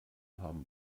haben